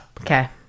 okay